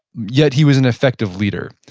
yet he was an effective leader.